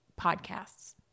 podcasts